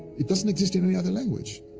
it doesn't exist in any other language.